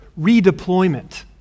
redeployment